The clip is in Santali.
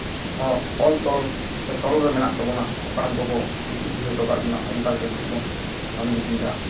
ᱦᱚᱸ ᱚᱞ ᱛᱚᱞ ᱥᱮ ᱛᱚᱞ ᱨᱮ ᱢᱮᱱᱟᱜ ᱛᱟᱵᱚᱱᱟ ᱦᱟᱯᱲᱟᱢ ᱠᱚᱠᱚ ᱩᱫᱩᱜ ᱫᱤᱥᱟᱹ ᱦᱚᱴᱚ ᱟᱠᱟᱫ ᱵᱚᱱᱟ ᱚᱱᱠᱟ ᱞᱮᱠᱟ ᱜᱮᱵᱚᱱ ᱠᱟᱹᱢᱤ ᱤᱫᱤᱭᱮᱫᱟ